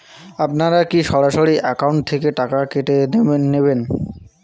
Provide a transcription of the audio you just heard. আপনারা কী সরাসরি একাউন্ট থেকে টাকা কেটে নেবেন?